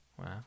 Wow